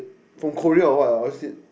from Korea or what ah obviously